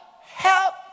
help